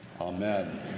Amen